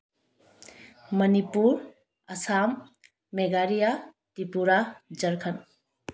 Manipur Assam Meghalaya Tripura Jharkhand